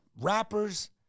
rappers